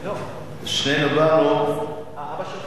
שנינו באנו, גם אבא שלך?